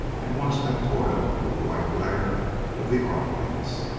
and watched them toil under the white glare of the arc-lamps.